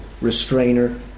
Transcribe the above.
restrainer